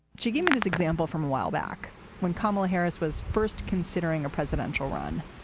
she gave me this example from a while back when kamala harris was first considering a presidential run.